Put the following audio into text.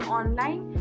online